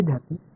विद्यार्थीः